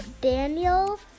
Daniel